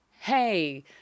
hey